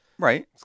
Right